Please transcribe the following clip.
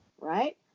right